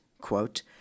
quote